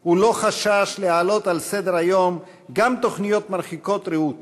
הוא לא חשש להעלות על סדר-היום תוכניות מרחיקות ראות